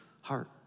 heart